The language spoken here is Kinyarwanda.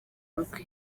urupfu